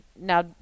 now